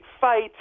fight